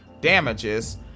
damages